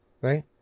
right